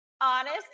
honest